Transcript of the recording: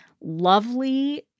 lovely